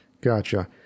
gotcha